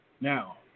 now